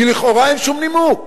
כי לכאורה אין שום נימוק.